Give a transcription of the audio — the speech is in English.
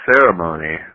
Ceremony